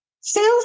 Sales